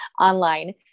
online